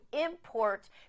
import